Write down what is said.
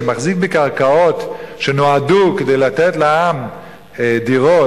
שמחזיק בקרקעות שנועדו לתת לעם דירות,